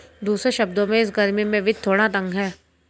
दूसरे शब्दों में, इस गर्मी में वित्त थोड़ा तंग है